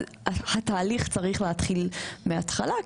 התהליך צריך להתחיל מהתחלה,